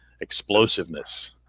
explosiveness